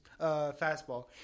fastball